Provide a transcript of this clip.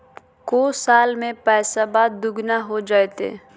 को साल में पैसबा दुगना हो जयते?